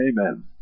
Amen